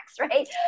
right